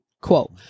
quote